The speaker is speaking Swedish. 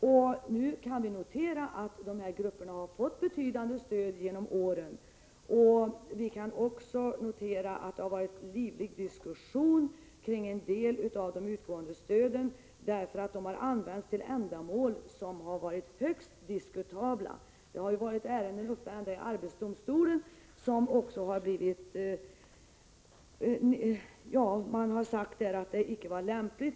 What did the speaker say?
Vi kan konstatera att de här grupperna har fått betydande stöd genom åren, och vi kan också notera att det har varit livlig diskussion kring en del av de utgående stöden, 37 därför att de har använts till ändamål, som har varit högst diskutabla. Vissa ärenden har gått ända upp till arbetsdomstolen, som ”fördömt” viss kursverksamhet.